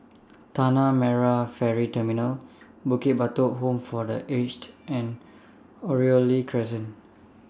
Tanah Merah Ferry Terminal Bukit Batok Home For The Aged and Oriole Crescent